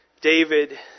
David